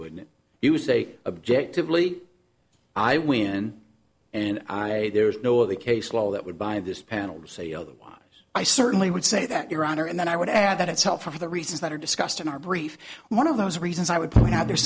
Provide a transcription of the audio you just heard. wouldn't you say objective really i win and there's no the case law that would by this panel say otherwise i certainly would say that your honor and then i would add that it's helpful for the reasons that are discussed in our brief one of those reasons i would point out there's